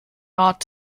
ought